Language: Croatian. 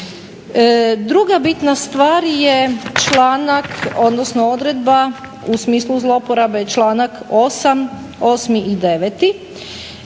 Druga bitna stvar je članak odnosno odredba u smislu zloporabe članak 8. i 9.